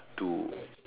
to